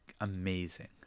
amazing